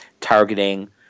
targeting